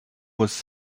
was